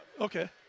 Okay